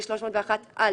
301א"